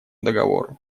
договору